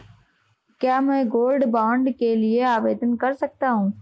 क्या मैं gold bond के लिए आवेदन कर सकता हूं?